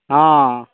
हँ